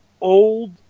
old